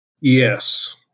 Yes